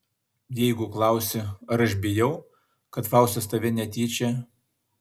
jeigu klausi ar aš bijau kad faustas tave netyčia